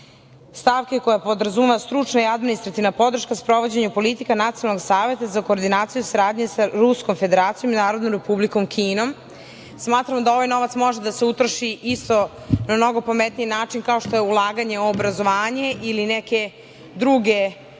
stavke koja podrazumeva stručna i administrativna podrška u sprovođenju politika Nacionalnog saveta za koordinaciju saradnje sa Ruskom Federacijom i Narodnom Republikom Kinom. Smatram da ovaj novac može da se utroši isto na mnogo pametniji način kao što je ulaganje u obrazovanje ili neke druge